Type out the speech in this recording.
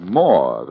more